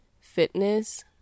fitness